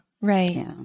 right